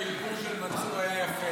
פינדרוס, תודה שהפלפול של מנסור היה יפה.